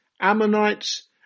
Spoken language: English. Ammonites